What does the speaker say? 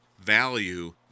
value